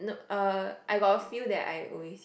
no uh I got a few that I always